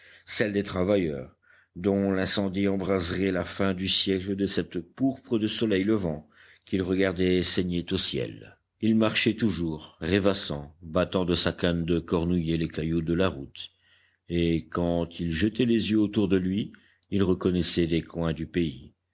celle des travailleurs dont l'incendie embraserait la fin du siècle de cette pourpre de soleil levant qu'il regardait saigner au ciel il marchait toujours rêvassant battant de sa canne de cornouiller les cailloux de la route et quand il jetait les yeux autour de lui il reconnaissait des coins du pays